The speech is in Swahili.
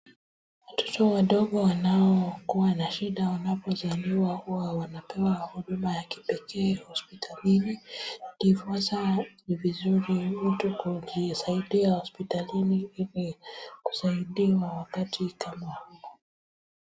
Watoto wadogo wanaokua na shida wanapozaliwa huwa wanapewa huduma ya kipekee hospitalini ndiposa ni vizuri mtu kujisaidia hospitalini ili kusaidiwa wakati kama huu.